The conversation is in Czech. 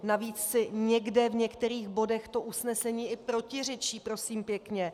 Navíc si někde v některých bodech to usnesení i protiřečí, prosím pěkně.